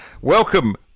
Welcome